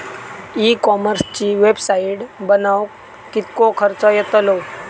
E कॉमर्सची website बनवक किततो खर्च येतलो?